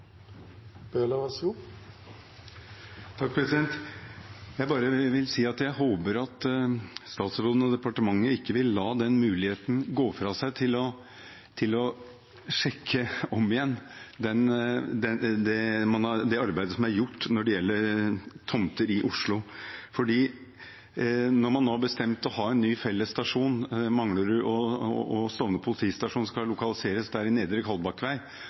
Jeg vil bare si at jeg håper statsråden og departementet ikke vil la muligheten gå fra seg til å sjekke om igjen det arbeidet som er gjort når det gjelder tomter i Oslo. Man har nå bestemt å ha en ny fellesstasjon; Manglerud og Stovner politistasjon skal lokaliseres i Nedre Kalbakkvei.